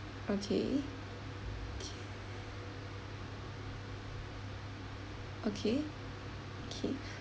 okay okay okay